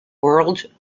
world